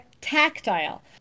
tactile